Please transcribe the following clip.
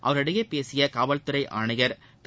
அவர்களிடையே பேசிய காவல்துறை ஆணையர் திரு